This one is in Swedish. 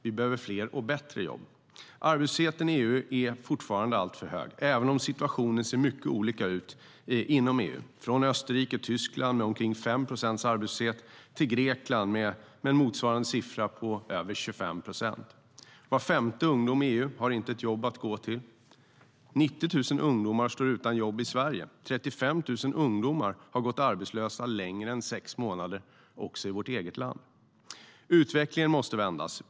Vi behöver fler och bättre jobb. Utvecklingen måste vändas.